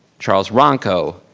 charles runco.